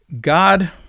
God